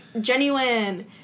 genuine